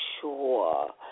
sure